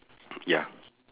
ya